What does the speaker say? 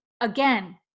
again